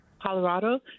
Colorado